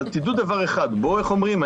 איך אומרים?